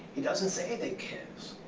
he doesn't say they kiss.